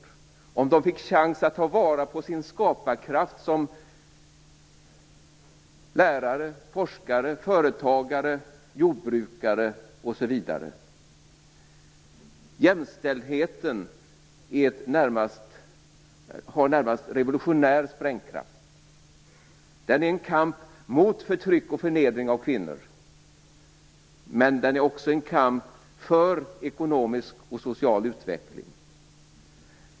Tänk om de fick chansen att ta vara på sin skaparkraft som lärare, forskare, företagare, jordbrukare osv. Jämställdheten har närmast revolutionär sprängkraft. Den är en kamp mot förtryck och förnedring av kvinnor, men den är också en kamp för ekonomisk och social utveckling.